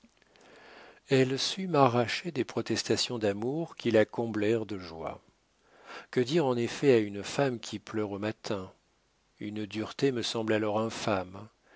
elle sut m'arracher des protestations d'amour qui la comblèrent de joie que dire en effet à une femme qui pleure au matin une dureté me semble alors